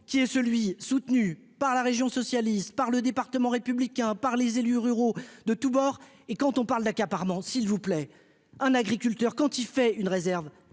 qui est celui, soutenu par la région socialiste par le département républicain par les élus ruraux de tous bords et quand on parle d'accaparement s'il vous plaît, un agriculteur quand il fait une réserve,